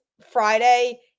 Friday